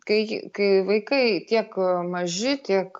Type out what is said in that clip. kai kai vaikai tiek maži tiek